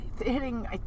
hitting